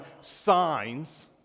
signs